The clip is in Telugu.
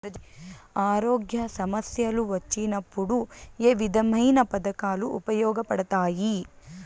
ఆరోగ్య సమస్యలు వచ్చినప్పుడు ఏ విధమైన పథకాలు ఉపయోగపడతాయి